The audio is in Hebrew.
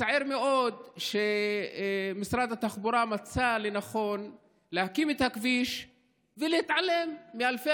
מצער מאוד שמשרד התחבורה מצא לנכון להקים את הכביש ולהתעלם מאלפי